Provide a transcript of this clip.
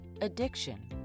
addiction